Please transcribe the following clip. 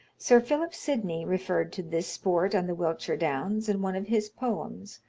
sir philip sidney referred to this sport on the wiltshire downs in one of his poems,